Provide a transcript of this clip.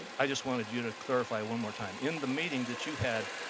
i just wanted you to clarify one more time. in the meeting that you had,